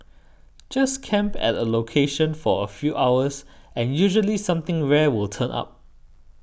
just camp at a location for a few hours and usually something rare will turn up